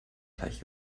teich